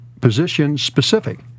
position-specific